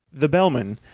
the bellman,